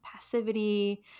passivity